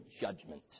judgment